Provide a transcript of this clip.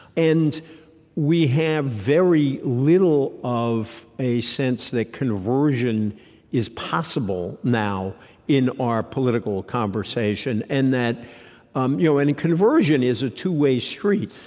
and we have very little of a sense that conversion is possible now in our political conversation. and um you know and conversion is a two-way street.